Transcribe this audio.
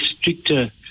stricter